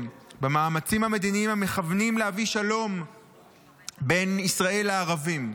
במאמצים המדיניים המכוונים להביא שלום בין ישראל לערבים.